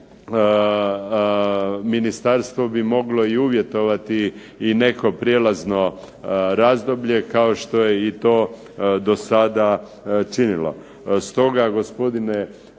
ministarstvo bi moglo i uvjetovati i neko prijelazno razdoblje kao što je i to do sada činilo. Stoga gospodine